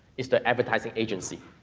is the advertising agency.